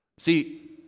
See